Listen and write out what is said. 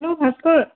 hello Bhaskar